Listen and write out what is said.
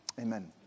amen